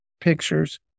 pictures